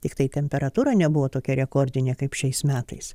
tiktai temperatūra nebuvo tokia rekordinė kaip šiais metais